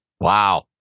Wow